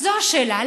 זו השאלה.